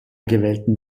gewählten